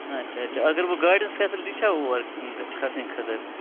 اچھا اچھا اگر بہٕ گاڑِ ہٕنٛز فیسلٹی چھا اور کھسنہٕ خٲطرٕ